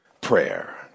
prayer